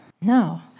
No